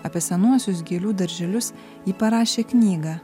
apie senuosius gėlių darželius ji parašė knygą